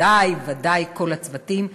ודאי כל הצוותים,